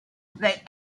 they